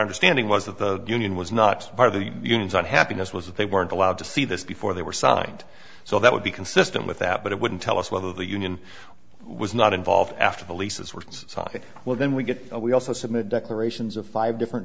understanding was that the union was not part of the unions on happiness was that they weren't allowed to see this before they were signed so that would be consistent with that but it wouldn't tell us whether the union was not involved after the leases we're talking well then we get we also submit declarations of five different